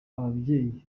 abavyeyi